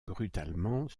brutalement